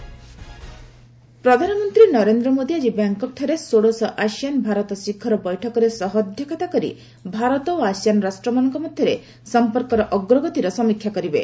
PM ASEAN ପ୍ରଧାନମନ୍ତ୍ରୀ ନରେନ୍ଦ୍ର ମୋଦୀ ଆଜି ବ୍ୟାଙ୍କକ୍ଠାରେ ଷୋଡ଼ଶ ଆସଆନ୍ ଭାରତ ଶିଖର ବୈଠକରେ ସହ ଅଧ୍ୟକ୍ଷତା କରି ଭାରତ ଓ ଆସିଆନ୍ ରାଷ୍ଟ୍ରମାନଙ୍କ ମଧ୍ୟରେ ସମ୍ପର୍କର ଅଗ୍ରଗତିର ସମୀକ୍ଷା କରିବେ